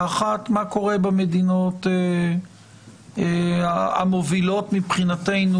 1. מה קורה במדינות המובילות מבחינתנו,